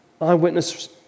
Eyewitness